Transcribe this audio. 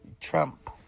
Trump